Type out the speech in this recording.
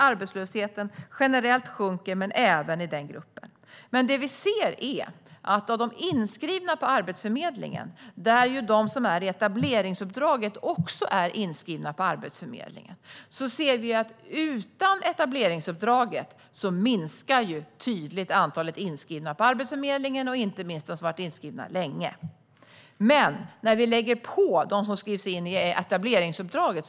Arbetslösheten sjunker generellt, och så även i den gruppen. Vi ser att antalet inskrivna på Arbetsförmedlingen tydligt minskar utan etableringsuppdraget, inte minst de som har varit inskrivna länge. Men vad händer när vi lägger till dem som skrivs in i etableringsuppdraget?